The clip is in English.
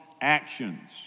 actions